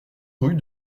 rue